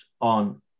on